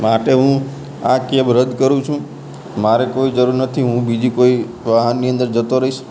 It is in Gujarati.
માટે હું આ કેબ રદ્દ કરું છું મારે કોઇ જરૂર નથી હું બીજી કોઇ વાહનની અંદર જતો રહીશ